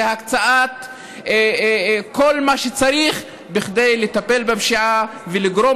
זה הקצאת כל מה שצריך כדי לטפל בפשיעה ולגרום